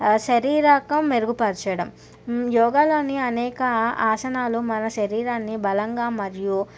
శారీరక మెరుగుపరచడం యోగాలోని అనేక ఆసనాలు మన శరీరాన్ని బలంగా మరియు